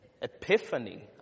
Epiphany